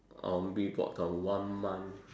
or maybe about one month